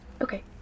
okay